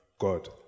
God